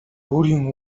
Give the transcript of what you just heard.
өөрийн